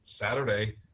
Saturday